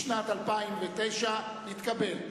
לא נתקבלו.